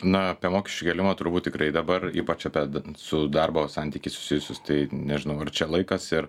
na apie mokesčių kėlimą turbūt tikrai dabar ypač apie su darbo santykiais susijusius tai nežinau ar čia laikas ir